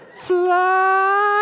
Fly